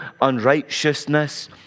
unrighteousness